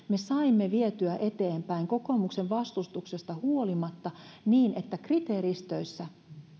saimme vietyä eteenpäin kokoomuksen vastustuksesta huolimatta sen että kriteeristöissä